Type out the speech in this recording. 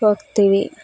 ಹೋಗ್ತೀವಿ